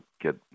get